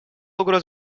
угроз